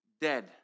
dead